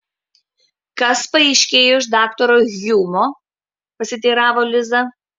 kas paaiškėjo iš daktaro hjumo pasiteiravo liza